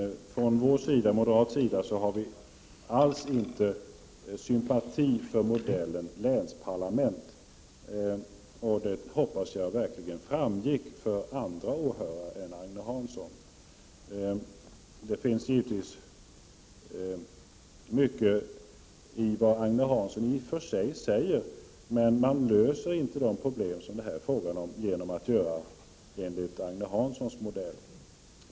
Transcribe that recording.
Från moderat sida har vi alls inte sympati för modellen med länsparlament. Det hoppas jag verkligen framgick för andra åhörare än Agne Hansson. Det ligger i och för sig mycket i vad Agne Hansson säger. Men man löser inte de problem det här är fråga om genom att gå till väga enligt Agne Hanssons modell.